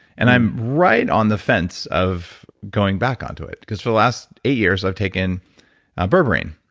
and i'm right on the fence of going back onto it because for the last eight years i've taken berberine,